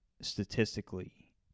statistically